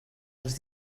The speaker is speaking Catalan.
els